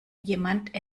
jemand